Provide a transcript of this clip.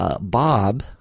Bob